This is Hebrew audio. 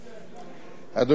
אדוני היושב-ראש,